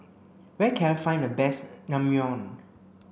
where can I find the best Naengmyeon